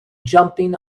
jumping